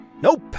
Nope